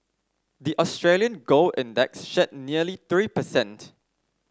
the Australian gold index shed nearly three per cent